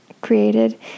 created